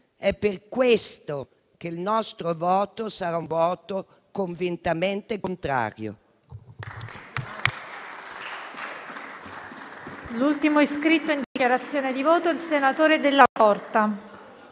È per questo che il nostro voto sarà convintamente contrario.